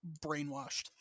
brainwashed